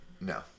No